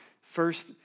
first